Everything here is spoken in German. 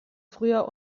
früher